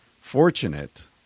fortunate